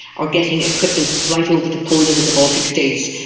or getting equipment right over to poland and the baltic states.